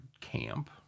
camp